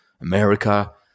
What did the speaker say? America